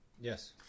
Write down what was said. Yes